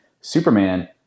Superman